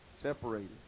Separated